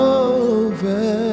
over